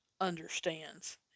understands